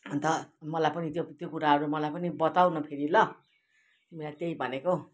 अन्त मलाई पनि त्यो त्यो कुराहरू मलाई पनि बताऊ न फेरि ल तिमीलाई त्यही भनेको